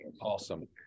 Awesome